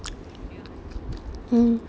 mm